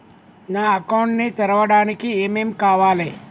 నా అకౌంట్ ని తెరవడానికి ఏం ఏం కావాలే?